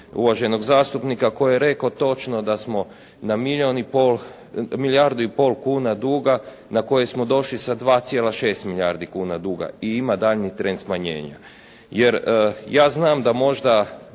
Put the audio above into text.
uvaženog zastupnika koji je rekao točno da smo na milijardu i pol kuna duga na koje smo došli sa 2,6 milijardi kuna duga i ima daljnji trend smanjenja. Ja znam da možda